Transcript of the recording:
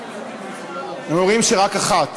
הם אומרים שרק אחת